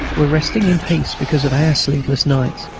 were resting in peace because of our sleepless nights,